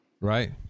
Right